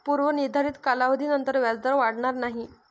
पूर्व निर्धारित कालावधीनंतर व्याजदर वाढणार नाही